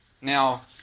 Now